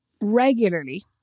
regularly